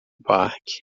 parque